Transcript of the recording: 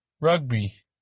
rugby